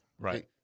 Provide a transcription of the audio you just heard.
Right